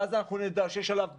ואז אנחנו נדע שיש עליו בקרה,